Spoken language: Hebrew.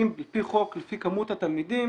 בתי ספר לא נבנים על פי חוק לפי כמות התלמידים,